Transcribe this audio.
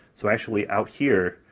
so actually out here,